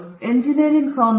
ಮತ್ತೆ ಎಂಜಿನಿಯರಿಂಗ್ ಸೌಂದರ್ಯ